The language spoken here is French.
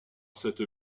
cette